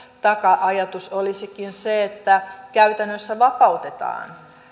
taka ajatus olisikin se että käytännössä vapautetaan